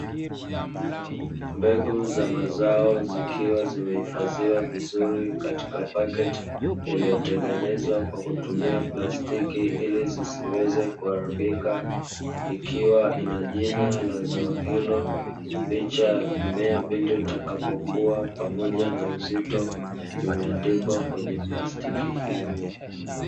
Mbegu za mazao zikiwa zimehifadhiwa vizuri katika pakiti iliyotengenezwa kwa kutumia plastiki ili zisiweze kuharibika, ikiwa ina jina la zao hilo, picha ya mmea pindi utakapokua pamoja na uzito zimeandikwa kwenye plastiki hiyo.